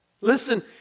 Listen